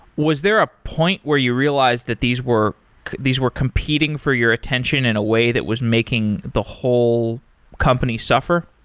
was there a point where you realized that these were these were competing for your attention in a way that was making the whole company suffer?